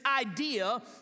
idea